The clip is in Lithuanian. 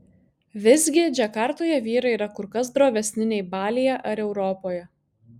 visgi džakartoje vyrai yra kur kas drovesni nei balyje ar europoje